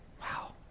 Wow